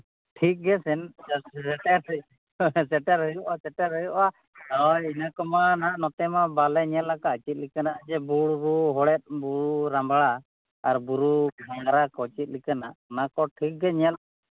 ᱴᱷᱤᱠ ᱜᱮᱭᱟ ᱥᱮᱱ ᱥᱮᱴᱮᱨ ᱦᱩᱭᱩᱜᱼᱟ ᱥᱮᱴᱮᱨ ᱦᱩᱭᱩᱜᱼᱟ ᱦᱳᱭ ᱤᱱᱟᱹ ᱠᱚᱢᱟ ᱱᱚᱛᱮᱢᱟ ᱵᱟᱞᱮ ᱧᱮᱞ ᱟᱠᱟᱫ ᱪᱮᱫ ᱞᱮᱠᱟᱱᱟ ᱡᱮ ᱵᱩᱨᱩ ᱦᱚᱲᱮᱫ ᱵᱩᱨᱩ ᱨᱟᱢᱵᱽᱲᱟ ᱟᱨ ᱵᱩᱨᱩ ᱜᱷᱟᱸᱜᱽᱨᱟ ᱠᱚ ᱪᱮᱫ ᱞᱮᱠᱟᱱᱟ ᱚᱱᱟ ᱠᱚ ᱴᱷᱤᱠ ᱜᱮ ᱧᱮᱞ